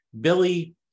Billy